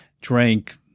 drank